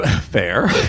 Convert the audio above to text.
Fair